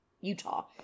Utah